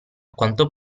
quanto